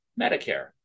Medicare